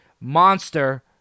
monster